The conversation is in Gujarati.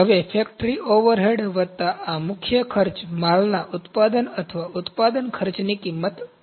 હવે ફેક્ટરી ઓવરહેડ વત્તા આ મુખ્ય ખર્ચ માલના ઉત્પાદન અથવા ઉત્પાદન ખર્ચની કિંમત બનાવે છે